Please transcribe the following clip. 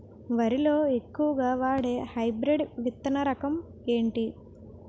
వరి లో ఎక్కువుగా వాడే హైబ్రిడ్ విత్తన రకం ఏంటి?